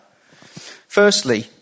Firstly